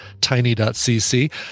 tiny.cc